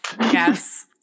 Yes